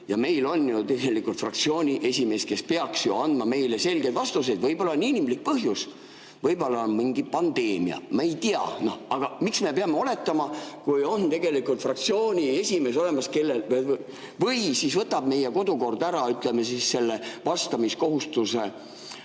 Ja meil on ju tegelikult fraktsiooni esimees, kes peaks andma meile selgeid vastuseid. Võib-olla on inimlik põhjus, võib-olla on mingi pandeemia – me ei tea. Aga miks me peame oletama, kui on tegelikult fraktsiooni esimees olemas? Või siis võtab meie kodukord ära selle, ütleme, vastamiskohustuse